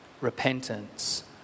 repentance